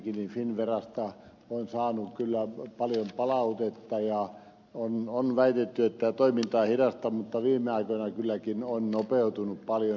kankaanniemikin finnverasta olen saanut kyllä paljon palautetta ja on väitetty että toiminta on hidasta mutta viime aikoina kylläkin on nopeutunut paljon